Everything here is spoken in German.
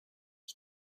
ich